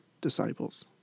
disciples